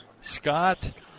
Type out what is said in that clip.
Scott